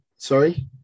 sorry